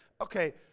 okay